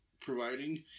providing